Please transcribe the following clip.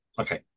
Okay